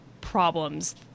problems